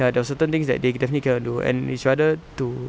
ya there are certain things that they definitely cannot do and it's rather to